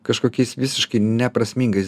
kažkokiais visiškai neprasmingais